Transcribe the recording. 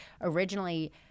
originally